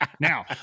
now